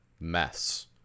mess